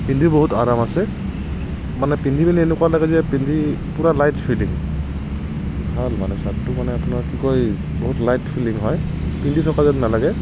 পিন্ধি বহুত আৰাম আছে মানে পিন্ধি মেলি এনেকুৱা লাগে যেন পিন্ধি পূৰা লাইট ফিটিং ভাল মানে চাৰ্টটো মানে আপোনাৰ কি কয় বহুত লাইট ফিলিং হয় পিন্ধি থকা যেন নালাগে